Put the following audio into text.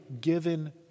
given